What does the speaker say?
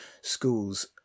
schools